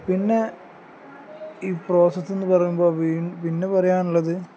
പിന്നെ ഈ പ്രോസസ് എന്ന് പറയുമ്പോൾ പിന്നെ പറയാനുള്ളത്